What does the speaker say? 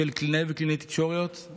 של קלינאי וקלינאיות תקשורת.